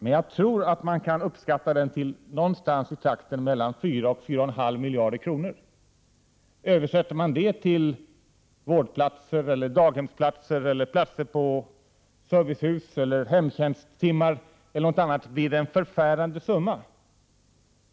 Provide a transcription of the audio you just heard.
Jag tror dock att den kan uppskattas till mellan 4 och 4,5 miljarder kronor. Översätter man det till vårdplatser, daghemsplatser, platser på servicehus eller hemtjänsttimmar blir det en förfärande summa.